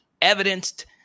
evidenced